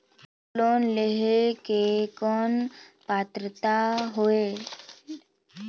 Gold loan लेहे के कौन पात्रता होएल?